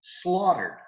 slaughtered